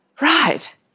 Right